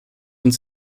uns